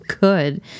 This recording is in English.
good